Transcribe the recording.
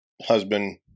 Husband